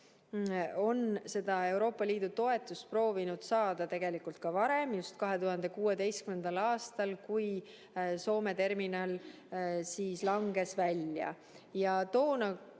on seda Euroopa Liidu toetust proovinud saada ka varem, 2016. aastal, kui Soome terminal langes välja.